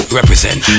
Represent